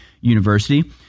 University